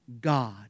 God